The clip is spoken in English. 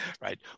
right